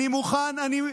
אני מוכן.